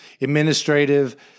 administrative